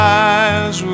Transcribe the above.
eyes